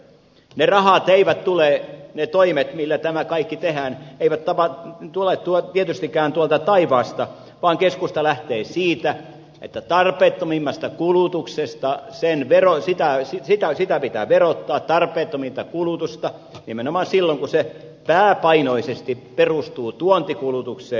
ne rahat eivät tule ne toimet joilla tämä kaikki tehdään tietystikään tuolta taivaasta vaan keskustalla ei siitä mitä tarpeettomimmasta kulutuksesta keskusta lähtee siitä että tarpeettominta kulutusta pitää verottaa nimenomaan silloin kun se pääpainoisesti perustuu tuontikulutukseen